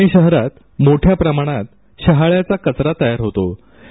पुणे शहरात मोठ्या प्रमाणातशहाळ्याचाकचरातयारहोतोत